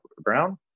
Brown